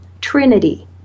Trinity